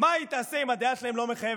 מה היא תעשה אם הדעה שלהם לא מחייבת?